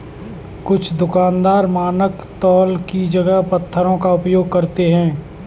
कुछ दुकानदार मानक तौल की जगह पत्थरों का प्रयोग करते हैं